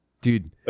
dude